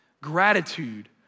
gratitude